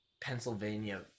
Pennsylvania